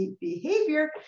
behavior